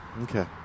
Okay